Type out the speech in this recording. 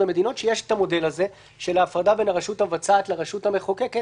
במדינות שיש את המודל הזה של ההפרדה בין הרשות המבצעת לרשות המחוקקת,